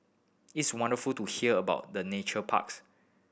it's wonderful to hear about the nature parks